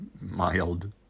mild